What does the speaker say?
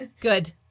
Good